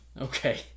Okay